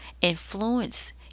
Influence